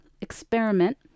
experiment